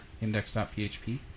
index.php